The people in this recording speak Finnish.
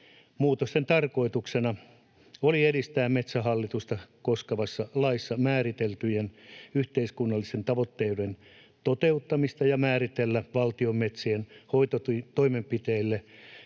muutoksen tarkoituksena oli edistää Metsähallitusta koskevassa laissa määriteltyjen yhteiskunnallisten tavoitteiden toteuttamista ja määritellä valtion metsienhoitotoimenpiteille